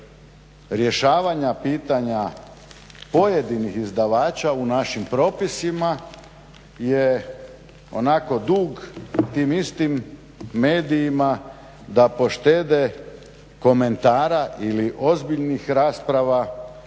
rješavanja pitanja pojedinih izdavača u našim propisima je onako dug tim istim medijima da poštede komentara ili ozbiljnih rasprava